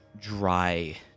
dry